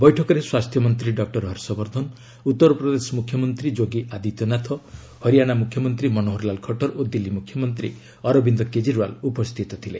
ବୈଠକରେ ସ୍ୱାସ୍ଥ୍ୟ ମନ୍ତ୍ରୀ ଡକ୍ଟର ହର୍ଷବର୍ଦ୍ଧନ ଉତ୍ତର ପ୍ରଦେଶ ମୁଖ୍ୟମନ୍ତ୍ରୀ ଯୋଗୀ ଆଦିତ୍ୟନାଥ ହରିୟାଣା ମୁଖ୍ୟମନ୍ତ୍ରୀ ମନୋହରଲାଲ ଖଟର୍ ଦିଲ୍ଲୀ ମୁଖ୍ୟମନ୍ତ୍ରୀ ଅରବିନ୍ଦ କେଜରିୱାଲ୍ ଉପସ୍ଥିତ ଥିଲେ